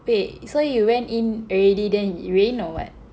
eh so you went in already then rain or what